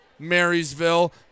Marysville